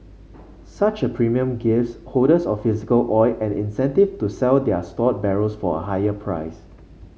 such a premium gives holders of physical oil an incentive to sell their stored barrels for a higher price